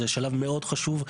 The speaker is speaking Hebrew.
זה שלב מאוד חשוב,